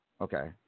Okay